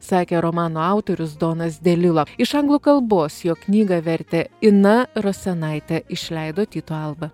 sakė romano autorius donas delilo iš anglų kalbos jo knygą vertė ina rosenaitė išleido tyto alba